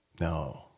No